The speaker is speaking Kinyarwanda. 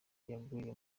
yaguye